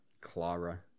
Clara